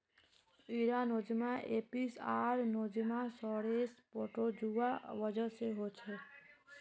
इरा Nosema apis आर Nosema ceranae protozoa वजह से होछे